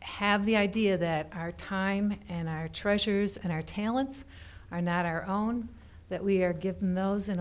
have the idea that our time and our treasures and our talents are not our own that we are given those in